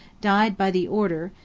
died by the order,